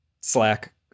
slack